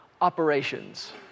operations